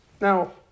Now